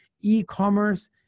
e-commerce